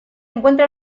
encuentra